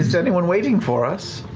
so anyone waiting for us?